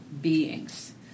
beings